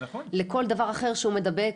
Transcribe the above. לכל דבר אחר שהוא מדבק.